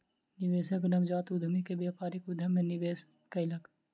निवेशक नवजात उद्यमी के व्यापारिक उद्यम मे निवेश कयलक